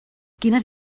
quines